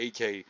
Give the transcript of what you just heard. AK